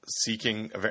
seeking –